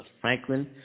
Franklin